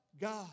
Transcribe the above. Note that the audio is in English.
God